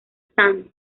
stand